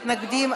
מתנגדים,